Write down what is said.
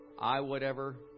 i-whatever